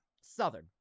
Southern